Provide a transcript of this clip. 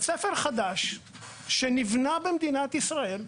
בית ספר חדש שנבנה במדינת ישראל,